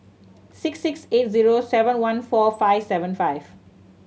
six six eight zero seven one four five seven five